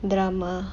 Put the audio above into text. drama